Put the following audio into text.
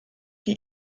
die